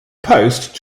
post